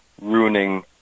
ruining